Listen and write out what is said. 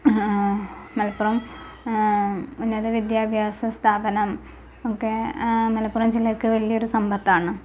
മലപ്പുറം ഉന്നത വിദ്യാഭ്യാസ സ്ഥാപനം ഒക്കെ മലപ്പുറം ജില്ലയ്ക്ക് വലിയൊരു സമ്പത്താണ്